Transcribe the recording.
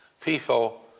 People